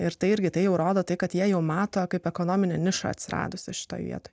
ir tai irgi tai jau rodo tai kad jie jau mato kaip ekonominę nišą atsiradusią šitą vietą